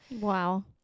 Wow